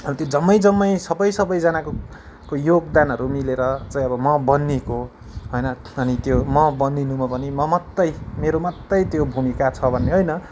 अहिले त्यो जम्मै जम्मै सबै सबैजनाको योगदानहरू मिलेर चाहिँ अब म बनिएको हो होइन अनि त्यो म बनिनुनमा पनि म मात्रै मेरो मात्रै त्यो भुमिका छ भन्ने होइन